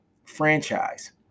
franchise